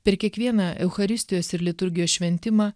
per kiekvieną eucharistijos ir liturgijos šventimą